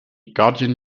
guardian